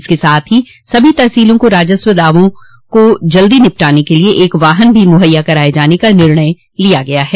इसके साथ ही सभी तहसीलों को राजस्व के दावों को जल्दी निपटाने के लिये एक वाहन भी मुहैया कराये जाने का निर्णय लिया गया है